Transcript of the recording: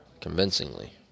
convincingly